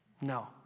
No